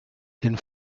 den